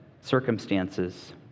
circumstances